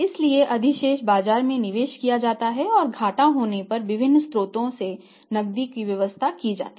इसलिए अधिशेष बाजार में निवेश किया जाता है और घाटा होने पर विभिन्न स्रोतों से नकदी की व्यवस्था करी जाती है